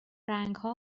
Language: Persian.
رنگها